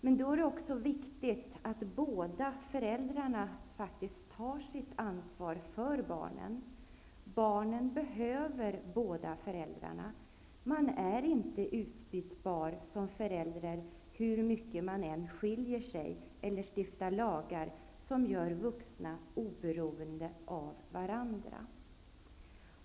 Det är därför viktigt att båda föräldrarna tar sitt ansvar för barnen. Barnen behöver båda föräldrarna. Man är inte utbytbar som förälder hur mycket man än skiljer sig eller hur mycket samhället än stiftar lagar som gör vuxna oberoende av varandra.